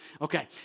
Okay